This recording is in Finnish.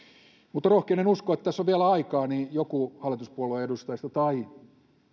mutta rohkenen uskoa tässä on vielä aikaa että joku hallituspuolueen edustajista tai